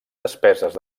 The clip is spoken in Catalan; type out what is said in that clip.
despeses